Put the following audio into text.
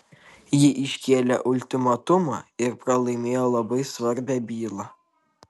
ji iškėlė ultimatumą ir pralaimėjo labai svarbią bylą